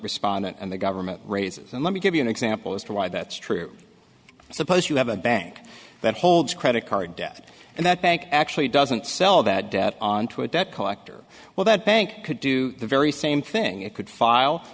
respondent and the government raises and let me give you an example as to why that's true suppose you have a bank that holds credit card debt and that bank actually doesn't sell that debt on to a debt collector well that bank could do the very same thing it could file